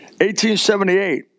1878